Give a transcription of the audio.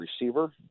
receiver